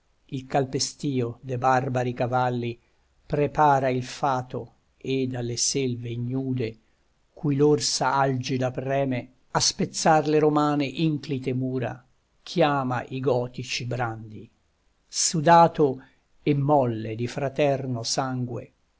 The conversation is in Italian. il calpestio de barbari cavalli prepara il fato e dalle selve ignude cui l'orsa algida preme a spezzar le romane inclite mura chiama i gotici brandi sudato e molle di fraterno sangue